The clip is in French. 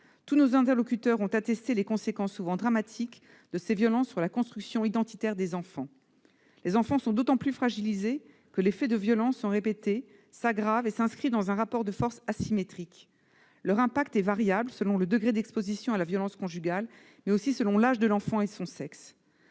Tous nos interlocuteurs ont attesté les conséquences souvent dramatiques de ces violences sur la construction identitaire des enfants. Ceux-ci sont d'autant plus fragilisés que les faits de violences sont répétés, s'aggravent et s'inscrivent dans un rapport de force asymétrique. L'impact de ces faits est variable selon le degré d'exposition à la violence conjugale, mais aussi selon l'âge et le sexe